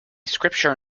scripture